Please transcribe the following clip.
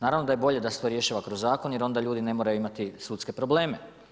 Naravno da je bolje da se to rješava kroz zakon, jer onda ljudi ne moraju imati sudske probleme.